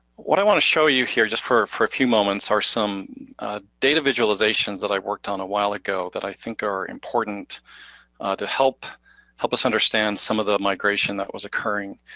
what i wanna show you here just for for a few moments are some data visualizations that i worked on a while ago that i think are important to help help us understand some of the migration that was occurring.